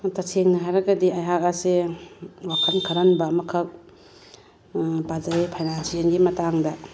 ꯇꯁꯦꯡꯅ ꯍꯥꯏꯔꯒꯗꯤ ꯑꯩꯍꯥꯛ ꯑꯁꯦ ꯋꯥꯈꯜ ꯈꯜꯍꯟꯕ ꯑꯃꯈꯛ ꯄꯥꯖꯔꯦ ꯐꯥꯏꯅꯥꯟꯁꯤꯑꯦꯜꯒꯤ ꯃꯇꯥꯡꯗ